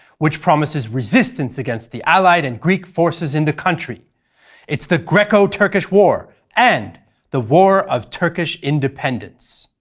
which promises resistance against the allied and greek forces in the country it's the greco-turkish war and the war of turkish independence.